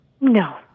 No